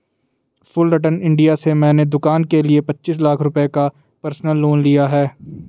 Fullerton India से मैंने दूकान के लिए पचीस लाख रुपये का पर्सनल लोन लिया है